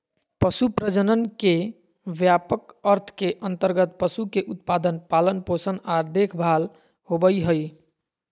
पशु प्रजनन के व्यापक अर्थ के अंतर्गत पशु के उत्पादन, पालन पोषण आर देखभाल होबई हई